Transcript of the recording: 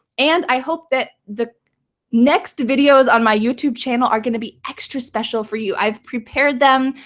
and i hope that the next videos on my youtube channel are going to be extra special for you. i've prepared them,